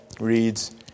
Reads